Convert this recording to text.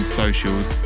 socials